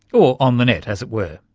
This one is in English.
or on the net, as it were.